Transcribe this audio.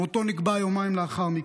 מותו נקבע יומיים לאחר מכן.